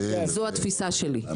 זו התפיסה שלי.